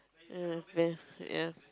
err ya